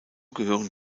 gehören